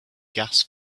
gas